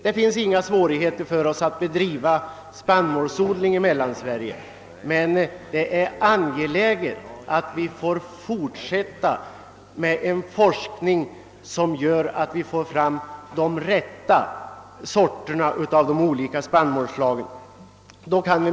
Vi kan mycket väl bedriva spannmålsodling även i Mellansverige, men det är angeläget att genom fortsatt forskning få fram de rätta sorterna av de olika spannmålsslagen.